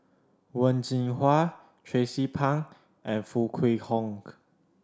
Wen Jinhua Tracie Pang and Foo Kwee Horng